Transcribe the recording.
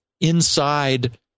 inside